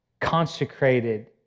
consecrated